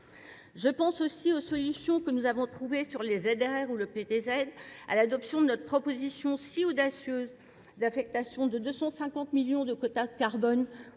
Je pense aussi aux solutions que nous avons trouvées sur les ZDR ou le PTZ, à l'adoption de notre proposition si audacieuse d'affectation de 250 millions de quotas carbone